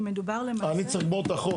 כי מדובר למעשה --- אני צריך לגמור את החוק.